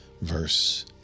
verse